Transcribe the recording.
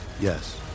Yes